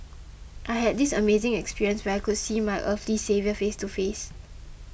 I had this amazing experience where I could see my earthly saviour face to face